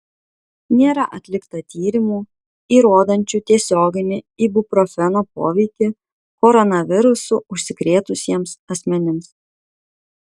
nėra atlikta tyrimų įrodančių tiesioginį ibuprofeno poveikį koronavirusu užsikrėtusiems asmenims